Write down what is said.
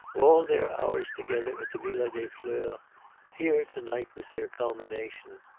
all their hours together at the villa des fleurs here to-night was their culmination.